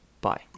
bye